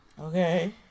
Okay